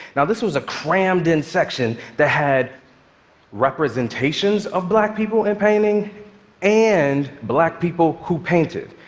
now, this was a crammed in section that had representations of black people in painting and black people who painted.